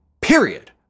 period